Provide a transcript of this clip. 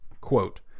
Quote